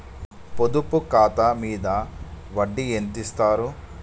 పొదుపు ఖాతా మీద వడ్డీ ఎంతిస్తరు?